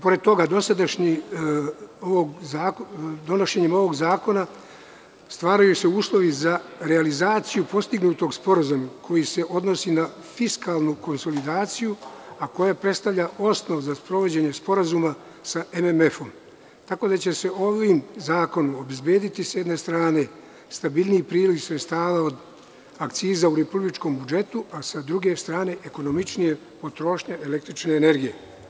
Pored toga, donošenjem ovog zakona stvaraju se uslovi za realizaciju postignutog sporazuma koji se odnosi na fiskalnu konsolidaciju, a koji predstavlja osnov za sprovođenje Sporazuma sa MMF-om, tako da će se ovim zakonom obezbediti, s jedne strane, stabilniji priliv sredstava od akciza u republičkom budžetu, a s druge strane ekonomičnija potrošnja električne energije.